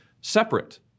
separate